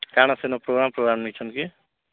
କାଁଣା ସେନ ପୁରୁଣା ପ୍ରୋଗ୍ରାମ୍ ନେଇଛନ୍ତି କି